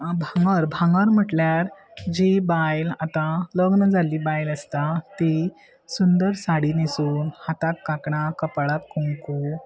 भांगर भांगर म्हटल्यार जी बायल आतां लग्न जाल्ली बायल आसता ती सुंदर साडी न्हेसून हाताक काकणां कपळाक कुंकू